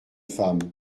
femme